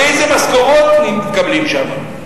איזה משכורות מקבלים שמה,